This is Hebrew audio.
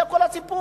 זה כל הסיפור.